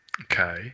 Okay